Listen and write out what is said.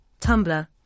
Tumblr